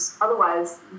otherwise